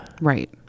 Right